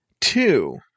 Two